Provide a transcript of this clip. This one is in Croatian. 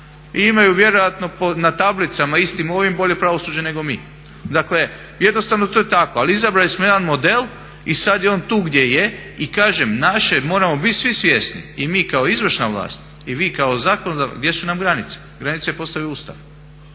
i imaju vjerojatno na tablicama istim ovim bolje pravosuđe nego mi. Dakle jednostavno to je tako. Ali izabrali smo jedan model i sada je on tu gdje je i kažem naše je i moramo biti svi svjesni i mi kao izvršna vlast i vi kao zakonodavna, gdje su nam granice. Granice postaju Ustav.